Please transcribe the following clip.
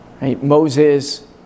Moses